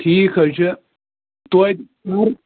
ٹھیٖک حظ چھُ تویتہِ